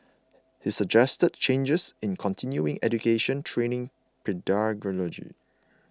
he suggested changes in continuing education training pedagogy